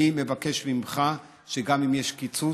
אני מבקש ממך שגם אם יש קיצוץ,